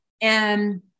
And-